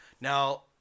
Now